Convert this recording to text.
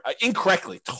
incorrectly